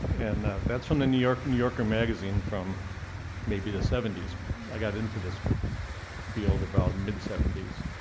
and that's from the new yorker new yorker magazine from maybe the seventy s i got into this field about mid-seventies.